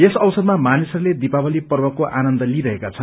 यस अवसरमा मानिसहरूले दीपावली पर्वको आनन्द लिइरहेका छन्